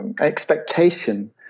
expectation